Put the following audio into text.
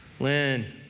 Lynn